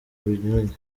binyuranye